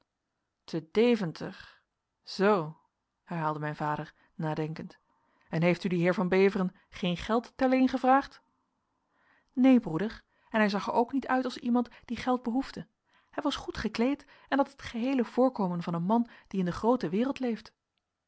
te deventer zoo herhaalde mijn vader nadenkend en heeft u die heer van beveren geen geld ter leen gevraagd neen broeder en hij zag er ook niet uit als iemand die geld behoefde hij was goed gekleed en had het geheele voorkomen van een man die in de groote wereld leeft